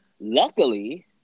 Luckily